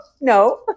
no